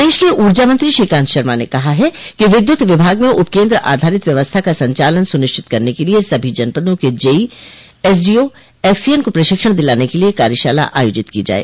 प्रदेश के ऊर्जा मंत्री श्रीकांत शर्मा ने कहा है कि विद्युत विभाग में उपकेन्द्र आधारित व्यवस्था का संचालन सुनिश्चित करने के लिये सभी जनपदों के जेई एसडीओ एक्सईएन को प्रशिक्षण दिलाने के लिये कार्यशाला आयोजित की जाये